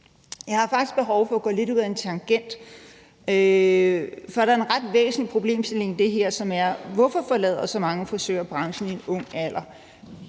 Jeg har faktisk behov for at gå lidt ud ad en tangent, for der er en ret væsentlig problemstilling i det her, som er: Hvorfor forlader så mange frisører branchen i en ung alder?